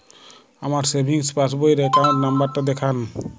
আমার সেভিংস পাসবই র অ্যাকাউন্ট নাম্বার টা দেখান?